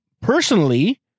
Personally